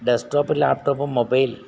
desk top ലാപ്ടോപ്പും mobile